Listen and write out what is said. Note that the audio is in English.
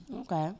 Okay